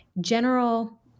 general